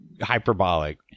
hyperbolic